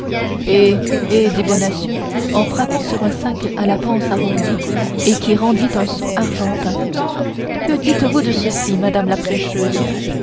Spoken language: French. eh eh dit bonacieux en frappant sur un sac à la panse arrondie et qui rendit un son argentin que dites-vous de ceci madame la prêcheuse